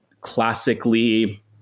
classically